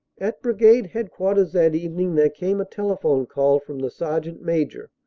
at brigade headquarters that evening there came a tele phone call from the sergeant-major.